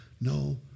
no